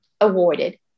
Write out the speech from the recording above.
awarded